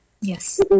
Yes